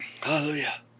Hallelujah